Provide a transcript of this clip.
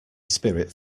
spirit